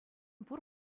пур